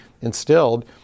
instilled